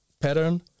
pattern